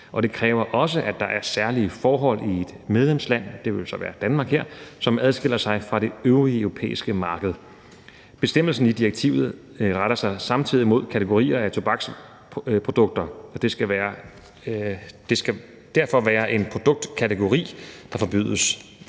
Det kræver også, at der er særlige forhold i et medlemsland – det ville så her være Danmark – som adskiller sig fra det øvrige europæiske marked. Bestemmelsen i direktivet retter sig samtidig mod kategorier af tobaksprodukter. Det skal derfor være en produktkategori, der forbydes,